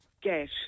get